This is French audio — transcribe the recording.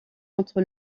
entre